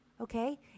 Okay